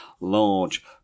large